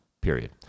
period